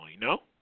no